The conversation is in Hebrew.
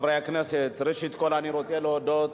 חברי הכנסת, ראשית, אני רוצה להודות